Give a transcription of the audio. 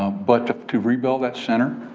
ah but to rebuild that center,